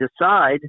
decide